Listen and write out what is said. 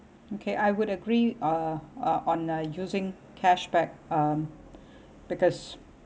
okay I would agree uh uh on uh using cashback um because